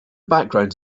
backgrounds